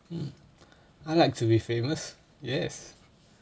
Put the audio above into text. hmm I like to be famous yes